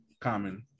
common